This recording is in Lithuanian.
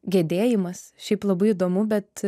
gedėjimas šiaip labai įdomu bet